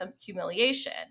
humiliation